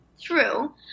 True